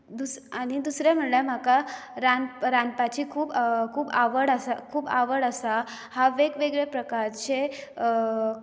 आनी दुसरें म्हणल्यार म्हाका रांदपाची खूब आवड खूब आवड आसा हांव वेग वेगळे प्रकारचे